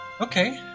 okay